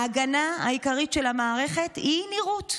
ההגנה העיקרית של המערכת היא נראות,